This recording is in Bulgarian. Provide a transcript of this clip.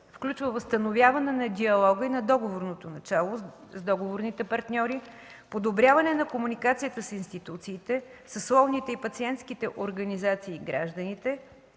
включва възстановяване на диалога и на договорното начало с договорните партньори, подобряване на комуникацията с институциите, съсловните и пациентските организации и гражданите,